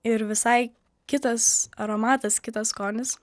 ir visai kitas aromatas kitas skonis